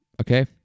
okay